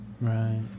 Right